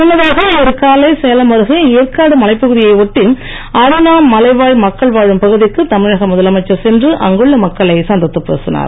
முன்னதாக இன்று காலை சேலம் அருகே ஏற்காடு மலைப்பகுதியை ஒட்டி அருணா மலைவாழ் மக்கள் வாழும் பகுதிக்கு தமிழக முதலமைச்சர் சென்று அங்குள்ள மக்களை சந்தித்துப் பேசினார்